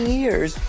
years